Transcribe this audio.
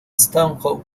stanhope